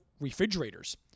refrigerators